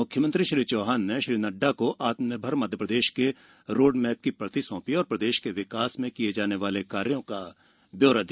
मुख्यमंत्री श्री चौहान ने श्री नड्डा को आत्मनिर्भर मध्यप्रदेश के रोडमेप की प्रति सौंपी और प्रदेश के विकास में किये जाने वाले कार्यों का ब्यौरा दिया